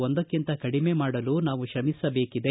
ಒಂದಕ್ಕಿಂತ ಕಡಿಮೆ ಮಾಡಲು ನಾವು ಶ್ರಮಿಸಬೇಕಿದೆ